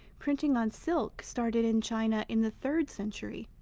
printing on silk started in china in the third century,